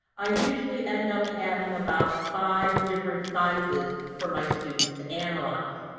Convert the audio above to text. i usually end up having about five different sizes for my students to analyze.